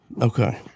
Okay